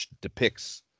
depicts